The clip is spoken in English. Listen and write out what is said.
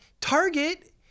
Target